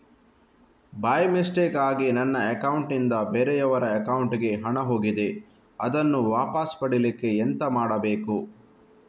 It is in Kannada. ಬೈ ಮಿಸ್ಟೇಕಾಗಿ ನನ್ನ ಅಕೌಂಟ್ ನಿಂದ ಬೇರೆಯವರ ಅಕೌಂಟ್ ಗೆ ಹಣ ಹೋಗಿದೆ ಅದನ್ನು ವಾಪಸ್ ಪಡಿಲಿಕ್ಕೆ ಎಂತ ಮಾಡಬೇಕು?